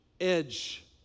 edge